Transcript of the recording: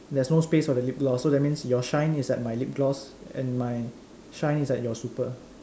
there's no space for the lip gloss so that means your shine is at my lip gloss and my shine is at your super